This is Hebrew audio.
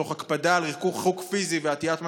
תוך הקפדה על ריחוק פיזי ועטיית מסכות,